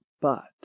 but